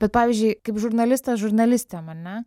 bet pavyzdžiui kaip žurnalistas žurnalistėm ane